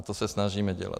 A to se snažíme dělat.